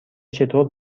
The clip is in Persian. چطور